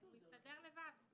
הוא מסתדר לבד.